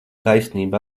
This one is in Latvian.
taisnība